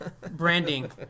Branding